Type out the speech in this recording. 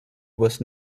was